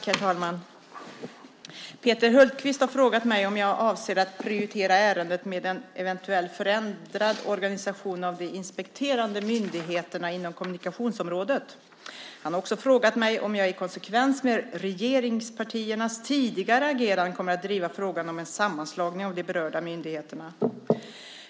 Herr talman! Peter Hultqvist har frågat mig om jag avser att prioritera ärendet med en eventuellt förändrad organisation av de inspekterande myndigheterna inom kommunikationsområdet. Han har också frågat mig om jag i konsekvens med regeringspartiernas tidigare agerande kommer att driva frågan om en sammanslagning av de berörda myndigheterna.